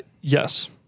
yes